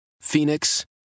Phoenix